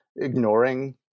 ignoring